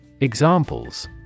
Examples